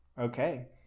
Okay